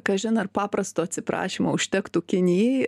kažin ar paprasto atsiprašymo užtektų kinijai